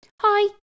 Hi